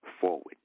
forward